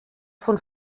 von